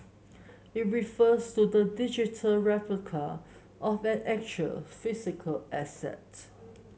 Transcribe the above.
it refers to the digital replica of an actual physical asset